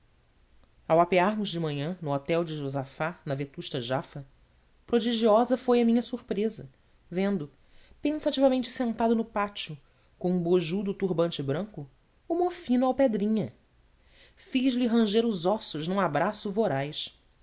ao apearmos de manhã no hotel de josafate na vetusta jafa prodigiosa foi a minha surpresa vendo pensativamente sentado no pátio com um bojudo turbante branco o mofino alpedrinha fiz-lhe ranger os ossos num abraço voraz